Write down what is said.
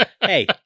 Hey